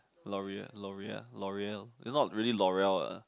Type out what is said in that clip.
Loreal Loreal Loreal it's not really Loreal what